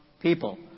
People